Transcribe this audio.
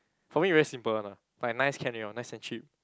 for me very simple one lah like nice can already orh nice and cheap